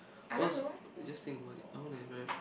what's just think about it I want a very